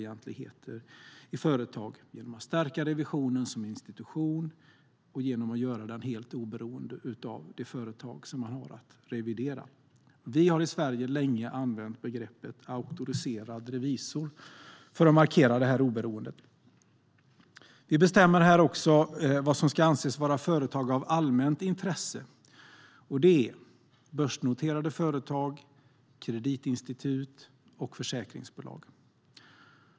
Genom att stärka revisionen som institution och göra den helt oberoende av de företag den har att revidera förhindrar man oegentligheter i företag. Vi har i Sverige länge använt begreppet "auktoriserad revisor" för att markera detta oberoende. Vi bestämmer också vad som ska anses vara företag av allmänt intresse. Det är börsnoterade företag, kreditinstitut och försäkringsbolag.